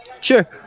sure